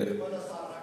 כבוד השר,